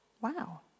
wow